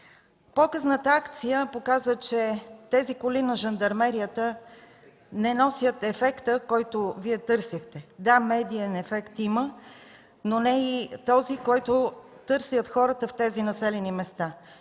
Показната акция показа, че колите на жандармерията не носят ефекта, който Вие търсите. Да, медиен ефект има, но не и ефекта, който търсят хората в тези населени места.